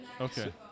Okay